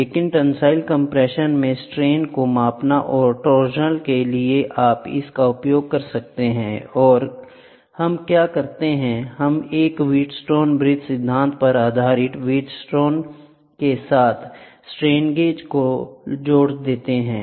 लेकिन tensile compression में strain को मापने और टॉरशनल के लिए आप इसका उपयोग कर सकते हैं और हम क्या करते हैं हम एक व्हीटस्टोन ब्रिज सिद्धांतपर आधारित व्हीटस्टोन ब्रिज के साथ स्ट्रेन गेज को जोड़ देते हैं